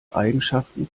eigenschaften